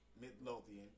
Midlothian